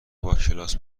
باکلاس